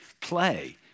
play